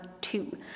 two